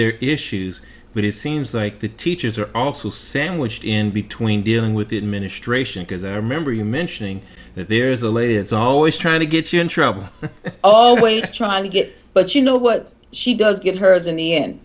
their issues but it seems like the teachers are also same wished in between dealing with the administration because i remember you mentioning that there is a way it's always trying to get your interim always trying to get but you know what she does get her